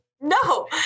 No